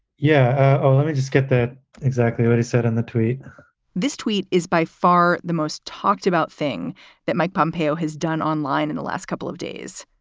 yeah. oh, let me just get that exactly what he said in the tweet this tweet is by far the most talked about thing that mike pompeo has done online in the last couple of days.